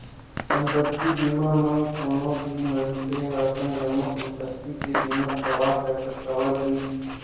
संपत्ति बीमा म कोनो भी मनखे ह अपन जम्मो संपत्ति के बीमा करवा सकत हवय भई